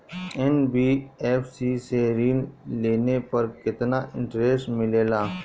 NBFC से ऋण लेने पर केतना इंटरेस्ट मिलेला?